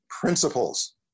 principles